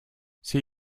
see